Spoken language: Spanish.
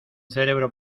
cerebro